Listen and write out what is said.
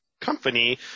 company